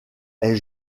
est